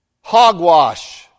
hogwash